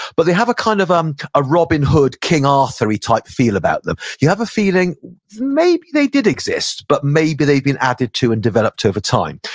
but they have a kind of um ah robin hood, king arthury-type feel about them. you have a feeling maybe they did exist, but maybe they've been added to and developed over time.